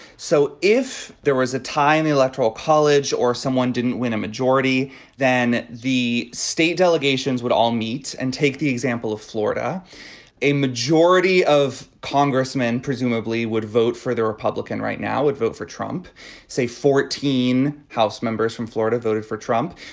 so if there was a tie in the electoral college or someone didn't win a majority then the state delegations would all meet and take the example of florida a majority of congressmen presumably would vote for the republican right now would vote for trump say fourteen house members from florida voted for trump.